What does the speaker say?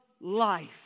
life